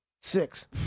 Six